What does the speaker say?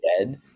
dead